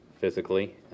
physically